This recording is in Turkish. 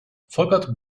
fakat